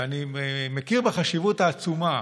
ואני מכיר בחשיבות העצומה